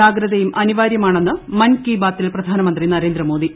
ജാഗ്രതയും അനിവാര്യമാണെന്ന് മൻ കി ബാത്തിൽ പ്രധാനമന്ത്രി നരേന്ദ്രമോദി